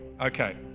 Okay